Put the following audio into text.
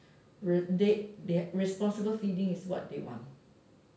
re~ they they responsible feeding is what they want